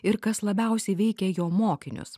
ir kas labiausiai veikia jo mokinius